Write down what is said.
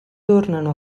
tornano